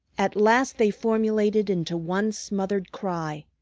at last they formulated into one smothered cry.